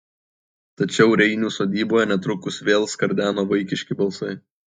tačiau reinių sodyboje netrukus vėl skardeno vaikiški balsai